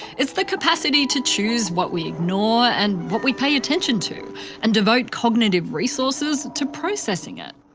it's the capacity to choose what we ignore and what we pay attention to and devote cognitive resources to processing it.